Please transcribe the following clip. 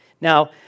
Now